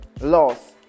Loss